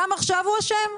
גם עכשיו הוא אשם?